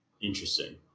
Interesting